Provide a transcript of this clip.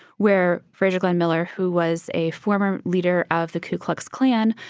where frazier glenn miller, who was a former leader of the ku klux klan,